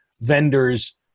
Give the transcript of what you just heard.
vendors